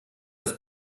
das